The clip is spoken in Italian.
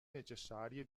necessarie